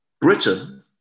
Britain